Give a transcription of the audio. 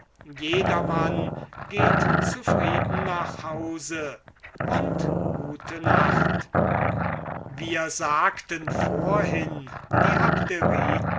jedermann geht zufrieden nach hause und gute nacht wir sagten vorhin die